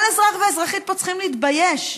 כל אזרח ואזרחית פה צריכים להתבייש.